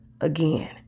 again